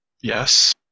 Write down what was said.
Yes